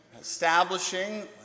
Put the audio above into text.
establishing